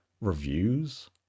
reviews